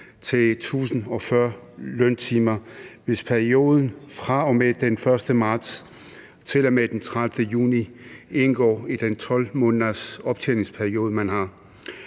til 1.040 løntimer, hvis perioden fra og med den 1. marts til og med den 30. juni indgår i den 12-månedersoptjeningsperiode,